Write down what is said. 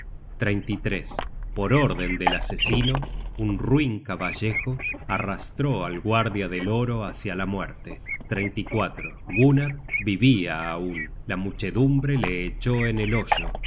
la victoria por orden del asesino un ruin caballejo arrastró al guarda del oro hácia la muerte gunnar vivia aun la muchedumbre le echó en el hoyo